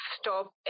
stop